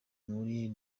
muri